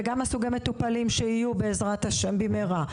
וגם סוגי המטופלים שיהיו בעזרת ה' במהרה.